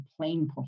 plain